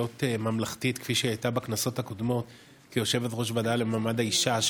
אמונים למדינת ישראל ולמלא באמונה את